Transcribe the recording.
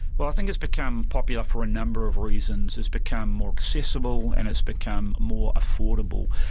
well, i think it's become popular for a number of reasons. it's become more accessible and it's become more affordable.